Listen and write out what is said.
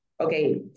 okay